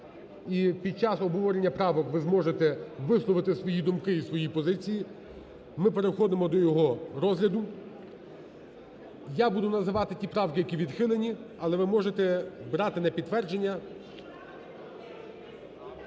і під час обговорення правок, ви зможете висловити свої думки і свої позиції, ми переходимо до його розгляду. Я буду називати ті правки, які відхилені, але ви можете брати на підтвердження…